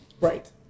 right